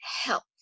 help